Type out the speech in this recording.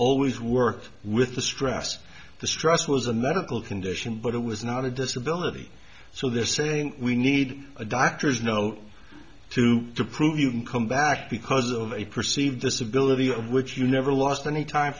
always worked with the stress the stress was a medical condition but it was not a disability so they're saying we need a doctor's note to prove you can come back because of a perceived disability which you never lost any time